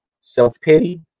self-pity